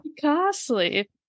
costly